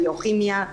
ביוכימיה,